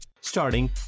Starting